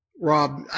Rob